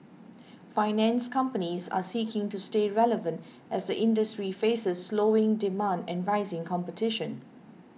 finance companies are seeking to stay relevant as the industry faces slowing demand and rising competition